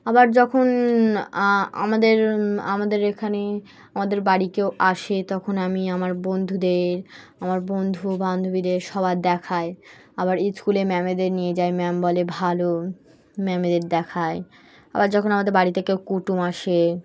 আবার যখন আমাদের আমাদের এখানে আমাদের বাড়ি কেও আসে তখন আমি আমার বন্ধুদের আমার বন্ধু বান্ধবীদের সবার দেখায় আবার স্কুলে ম্যামেদের নিয়ে যাই ম্যাম বলে ভালো ম্যামেদের দেখায় আবার যখন আমাদের বাড়িতে কেউ কুটুম আসে